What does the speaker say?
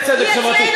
זה צדק חברתי.